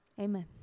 Amen